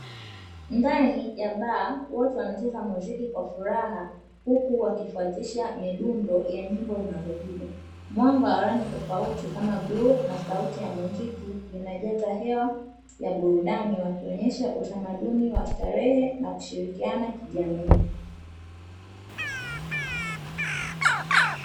Ndani ya baa watu wanacheza muziki kwa furaha, huku wakifuatisha midundo ya nyimbo zinazopigwa. Mwanga wa rangi tofauti kama bluu, na sauti ya muziki inajaza hewa ya burudani wakionyesha utamaduni wa starehe, na kushirikiana kijamii.